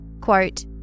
Quote